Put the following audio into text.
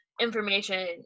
information